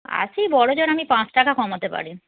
আছি বড়জোর আমি পাঁচ টাকা কমাতে পারি